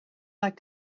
like